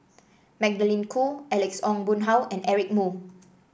Magdalene Khoo Alex Ong Boon Hau and Eric Moo